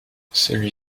celui